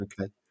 okay